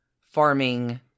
farming